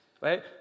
Right